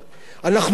אדוני שר האוצר,